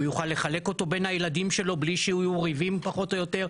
הוא יוכל לחלק אותו בין הילדים שלו בלי שיהיו ריבים פחות או יותר,